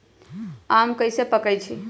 आम कईसे पकईछी?